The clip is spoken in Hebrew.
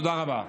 תודה רבה.